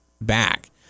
back